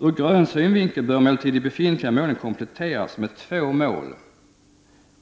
Ur grön synvinkel bör emellertid de befintliga målen kompletteras med två mål